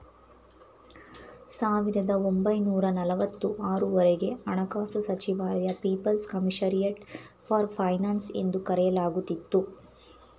ಸಾವಿರದ ಒಂಬೈನೂರ ನಲವತ್ತು ಆರು ವರೆಗೆ ಹಣಕಾಸು ಸಚಿವಾಲಯ ಪೀಪಲ್ಸ್ ಕಮಿಷರಿಯಟ್ ಫಾರ್ ಫೈನಾನ್ಸ್ ಎಂದು ಕರೆಯಲಾಗುತ್ತಿತ್ತು